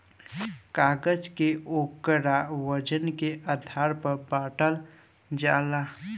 कागज के ओकरा वजन के आधार पर बाटल जाला